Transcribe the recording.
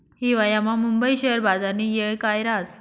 हिवायामा मुंबई शेयर बजारनी येळ काय राहस